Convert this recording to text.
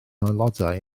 aelodau